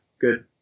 good